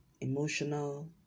emotional